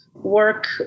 work